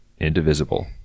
indivisible